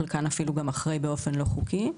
חלקן אפילו גם אחרי באופן לא חוקי.